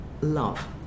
love